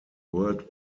world